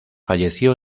falleció